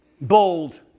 Bold